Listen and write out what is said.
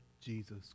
Jesus